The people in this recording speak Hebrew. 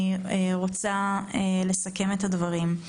אני רוצה לסכם את הדברים.